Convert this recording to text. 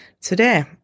today